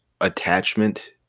attachment